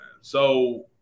So-